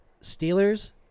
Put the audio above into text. Steelers